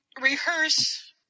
rehearse